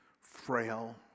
frail